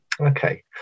okay